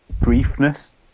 briefness